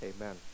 amen